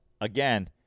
again